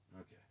Okay